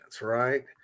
right